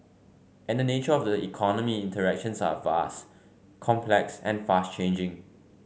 and the nature of the economy interactions are vast complex and fast changing